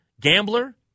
gambler